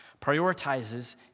prioritizes